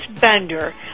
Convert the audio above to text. Bender